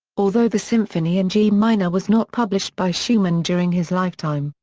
although the symphony in g minor was not published by schumann during his lifetime,